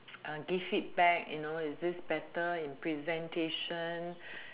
uh give it back you know is it better in presentation